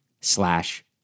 slash